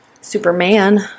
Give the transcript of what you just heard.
Superman